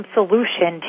solution